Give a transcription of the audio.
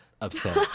Upset